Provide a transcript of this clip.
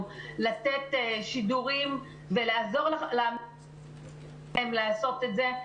לתת שידורים ולעזור להן לעשות את זה,